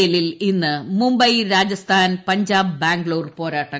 I P എല്ലിൽ ഇന്ന് മുംബൈ രാജസ്ഥാൻ പഞ്ചാബ് ബാംഗ്ലൂർ പോരാട്ടങ്ങൾ